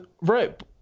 Right